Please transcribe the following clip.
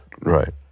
Right